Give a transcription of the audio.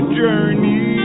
journey